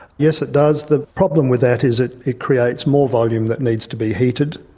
yes it does. the problem with that is it it creates more volume that needs to be heated.